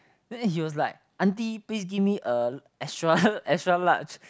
then is just like auntie please give me a extra extra large